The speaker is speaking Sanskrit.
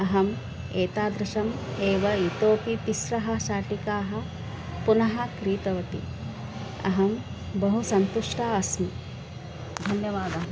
अहम् एतादृशम् एव इतोऽपि तिस्रः शाटिकाः पुनः क्रीतवती अहं बहु सन्तुष्टा अस्मि धन्यवादः